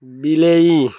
ବିଲେଇ